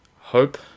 hope